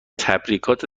تبریکات